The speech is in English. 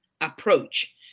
approach